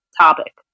topic